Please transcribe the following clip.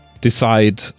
decide